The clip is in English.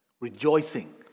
rejoicing